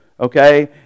okay